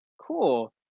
Cool